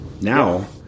Now